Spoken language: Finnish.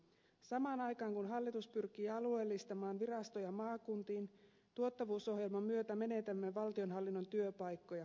samaan aikaan kun hallitus pyrkii alueellistamaan virastoja maakuntiin tuottavuusohjelman myötä menetämme valtionhallinnon työpaikkoja maakunnista